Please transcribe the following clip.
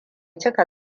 cika